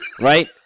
right